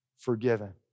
forgiven